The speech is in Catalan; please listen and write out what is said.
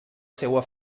seua